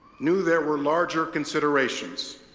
knew there were larger considerations.